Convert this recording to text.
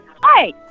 Hi